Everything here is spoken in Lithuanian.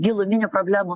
giluminių problemų